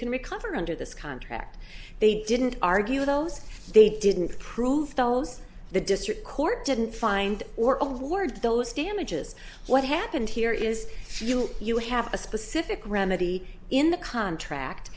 can recover under this contract they didn't argue those they didn't prove those the district court didn't find or overboard those damages what happened here is you have a specific remedy in the contract